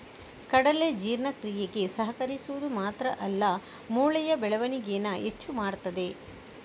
ಕಡಲೆ ಜೀರ್ಣಕ್ರಿಯೆಗೆ ಸಹಕರಿಸುದು ಮಾತ್ರ ಅಲ್ಲ ಮೂಳೆಯ ಬೆಳವಣಿಗೇನ ಹೆಚ್ಚು ಮಾಡ್ತದೆ